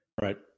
Right